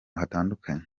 hatandukanye